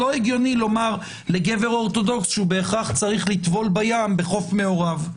לא הגיוני לומר לגבר אורתודוקס שהוא בהכרח צריך לטבול בים בחוף מעורב,